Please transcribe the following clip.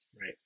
Right